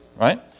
right